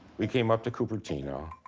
we came up to cupertino